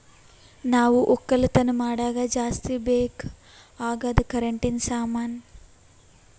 ನಾವ್ ಒಕ್ಕಲತನ್ ಮಾಡಾಗ ಜಾಸ್ತಿ ಬೇಕ್ ಅಗಾದ್ ಕರೆಂಟಿನ ಸಾಮಾನು